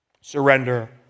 Surrender